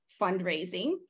fundraising